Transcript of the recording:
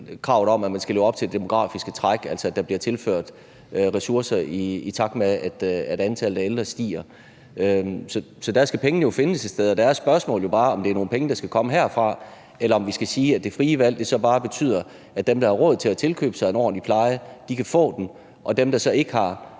kravet om at leve op til det demografiske træk, altså at der bliver tilført ressourcer, i takt med at antallet af ældre stiger. Pengene skal jo findes et sted, og der er spørgsmålet bare, om det er nogle penge, der skal komme herfra, eller om vi skal sige, at det frie valg betyder, at dem, der har råd til at tilkøbe en ordentlig pleje, kan få den, og at dem, der så ikke har,